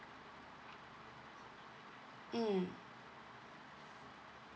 mm